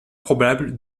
probable